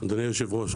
אדוני היושב ראש,